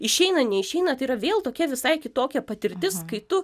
išeina neišeina tai yra vėl tokia visai kitokia patirtis kai tu